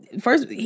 first